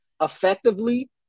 effectively